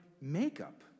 makeup